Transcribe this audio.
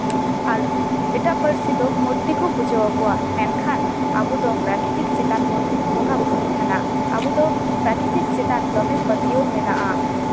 ᱟᱨ ᱮᱴᱟᱜ ᱯᱟᱹᱨᱥᱤ ᱫᱚ ᱢᱩᱨᱛᱤ ᱠᱚ ᱯᱩᱡᱟᱹ ᱟᱠᱚᱣᱟ ᱢᱮᱱᱠᱷᱟᱱ ᱟᱵᱚ ᱫᱚ ᱯᱨᱟᱠᱨᱤᱛᱤᱠ ᱪᱮᱛᱟᱱ ᱵᱚᱱ ᱵᱚᱸᱜᱟᱼᱵᱳᱨᱳᱭ ᱛᱟᱦᱮᱱᱟ ᱟᱵᱚ ᱫᱚ ᱯᱨᱟᱠᱨᱤᱛᱤᱠ ᱪᱮᱛᱟᱱ ᱫᱚᱢᱮ ᱯᱟᱹᱛᱭᱟᱹᱣ ᱢᱮᱱᱟᱜᱼᱟ